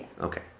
okay